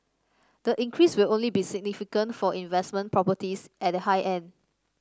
the increase will only be significant for investment properties at the high end